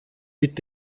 mit